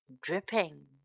dripping